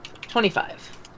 Twenty-five